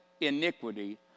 iniquity